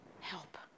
help